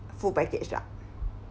full package lah